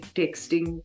texting